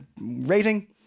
rating